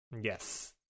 Yes